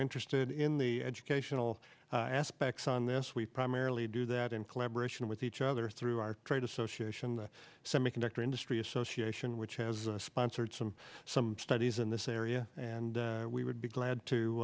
interested in the educational aspects on this we primarily do that in collaboration with each other through our trade association the semiconductor industry association which has sponsored some some studies in this area and we would be glad to